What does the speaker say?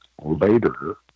later